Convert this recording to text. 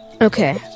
Okay